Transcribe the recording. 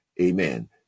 amen